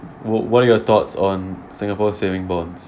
wha~ what are your thoughts on singapore saving bonds